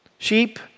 Sheep